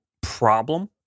problem